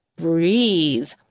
Breathe